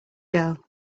girl